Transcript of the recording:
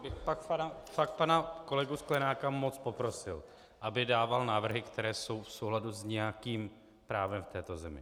Já bych fakt pana kolegu Sklenáka moc poprosil, aby dával návrhy, které jsou v souladu s nějakým právem v této zemi.